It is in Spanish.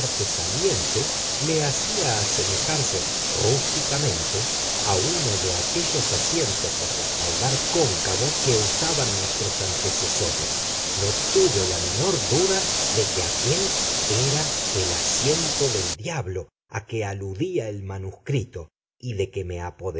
saliente le hacía asemejarse rústicamente a uno de aquellos asientos de respaldar cóncavo que usaban nuestros antecesores no tuve la menor duda de que aquel era el asiento del diablo a que aludía el manuscrito y de que